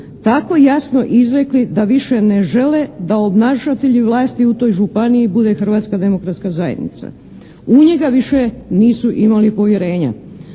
tako jasno izrekli da više ne žele da obnašatelji vlasti u toj županiji bude Hrvatska demokratska zajednice. U njega više nisu imali povjerenja.